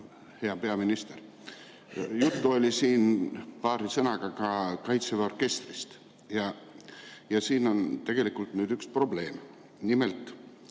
Hea peaminister! Juttu oli siin paari sõnaga Kaitseväe orkestrist. Siin on tegelikult üks probleem. Nimelt,